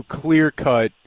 clear-cut